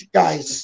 guys